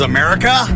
America